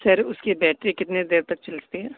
سر اس کی بیٹری کتنے دیر تک چلتی ہے